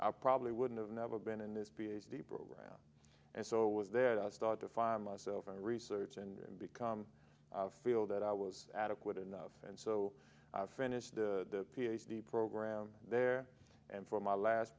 i probably wouldn't have never been in this ph d program and so was there to start to find myself in research and become field that i was adequate enough and so i finished the ph d program there and for my last